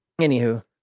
anywho